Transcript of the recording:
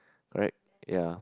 right ya